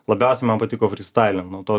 labiausiai man patiko frystailint nuo to